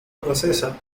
francesa